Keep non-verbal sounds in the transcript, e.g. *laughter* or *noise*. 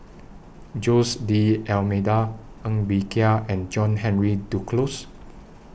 Jose D'almeida Ng Bee Kia and John Henry Duclos *noise*